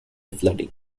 flooding